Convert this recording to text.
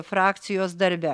frakcijos darbe